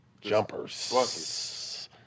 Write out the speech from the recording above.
jumpers